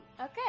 Okay